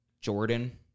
Jordan